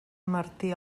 martí